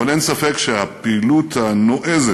אבל אין ספק שהפעילות הנועזת